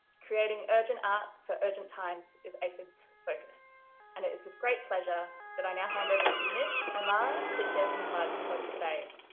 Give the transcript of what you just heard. creating urgent art for urgent times is aphids focus and it is with great pleasure that i now hand over to mish and lara to share some slides with us today.